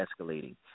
escalating